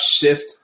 shift